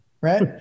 right